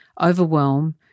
overwhelm